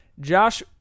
Josh